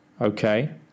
Okay